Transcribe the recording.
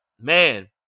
man